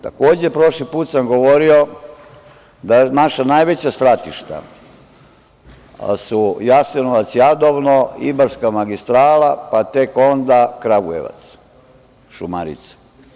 Takođe, prošli put sam govorio da naša najveća svratišta su Jasenovac, Jadovno, Ibarska magistrala, pa tek onda Kragujevac, Šurmarice.